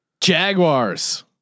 Jaguars